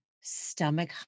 stomach